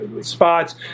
spots